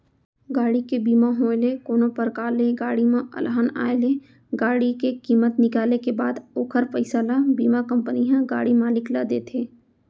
गाड़ी के बीमा होय ले कोनो परकार ले गाड़ी म अलहन आय ले गाड़ी के कीमत निकाले के बाद ओखर पइसा ल बीमा कंपनी ह गाड़ी मालिक ल देथे